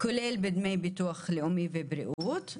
כולל בדמי ביטוח לאומי ובריאות,